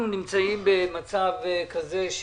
אנחנו נמצאים במצב כזה,